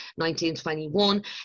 1921